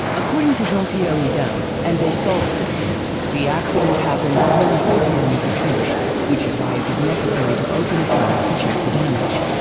according to jean pierre houdin and dassault systems, the accident happened when the whole pyramid was finished, which is why it was necessary to open a tunnel to check the damage.